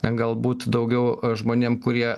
ten galbūt daugiau žmonėm kurie